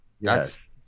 Yes